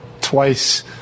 Twice